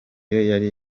yari